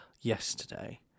Yesterday